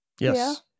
Yes